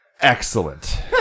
Excellent